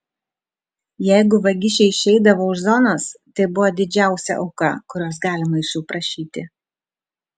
jeigu vagišiai išeidavo už zonos tai buvo didžiausia auka kurios galima iš jų prašyti